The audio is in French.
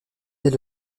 est